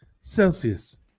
Celsius